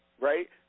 right